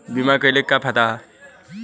बीमा कइले का का फायदा ह?